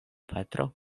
patro